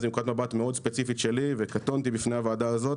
אני אומר את זה מנקודת מבט מאוד ספציפית שלי וקטונתי בפני הוועדה הזאת,